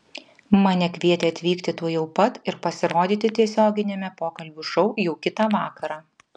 mane kvietė atvykti tuojau pat ir pasirodyti tiesioginiame pokalbių šou jau kitą vakarą